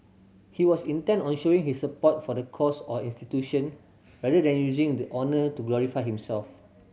he was intent on showing his support for the cause or institution rather than using the honour to glorify himself